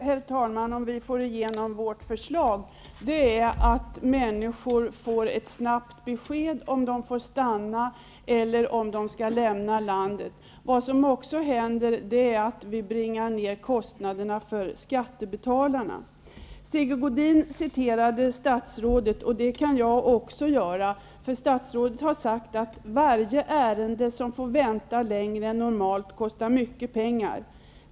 Herr talman! Vad som händer om vi får igenom vårt förslag är att människor får ett snabbt besked om de får stanna eller om de skall lämna landet. Vad som också händer är att vi bringar ned kostnaderna för skattebetalarna. Sigge Godin citerade statsrådet, och det kan jag också göra. Statsrådet har sagt: Varje ärende som får vänta längre än normalt kostar mycket pengar.